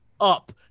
up